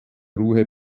ruhe